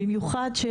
אם